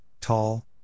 tall